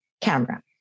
Camera